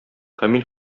камил